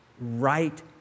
right